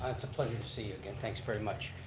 it's a pleasure to see you again. thanks very much.